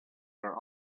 are